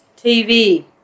TV